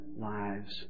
lives